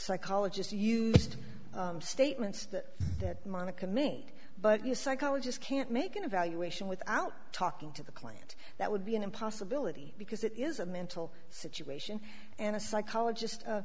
psychologist you statements that monica me but you psychologist can't make an evaluation without talking to the client that would be an impossibility because it is a mental situation and a psychologist